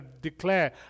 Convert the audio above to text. declare